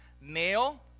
Male